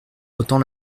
autant